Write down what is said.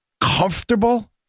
comfortable